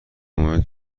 کمک